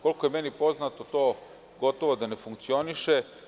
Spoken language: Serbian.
Koliko je meni poznato, to gotovo da ne funkcioniše.